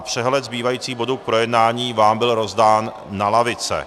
Přehled zbývajících bodů k projednání vám byl rozdán na lavice.